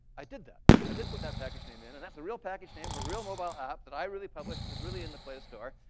i did that. i did put that package name in. and that's a real package name, a real mobile app that i really published and that's really in the play store.